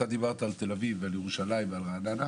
דיברת על תל אביב, על ירושלים ועל רעננה.